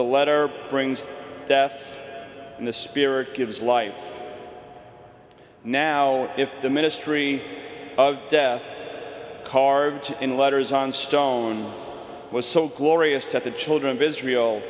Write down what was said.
the letter brings death and the spirit gives life now if the ministry of death carved in letters on stone was so glorious to the children of israel